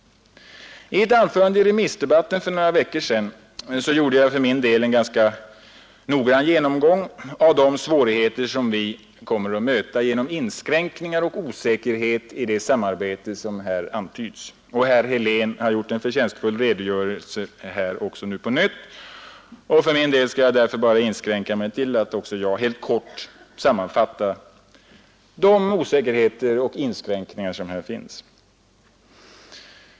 I ett anförande i remissdebatten för några veckor sedan gjorde jag en ganska noggrann genomgång av de svårigheter som vi kommer att möta genom inskränkningar och osäkerhet i det samarbete som antyds. Herr Helén har här på nytt lämnat en förtjänstfull redogörelse. Därför skall också jag inskränka mig till att bara helt kort sammanfatta de osäkerheter och inskränkningar som i detta fall finns.